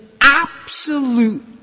absolute